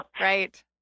right